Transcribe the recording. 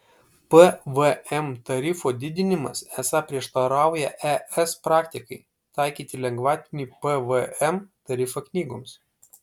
pvm tarifo didinimas esą prieštarauja es praktikai taikyti lengvatinį pvm tarifą knygoms